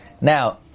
Now